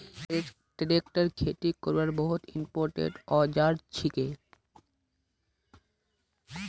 tractor खेती करवार बहुत इंपोर्टेंट औजार छिके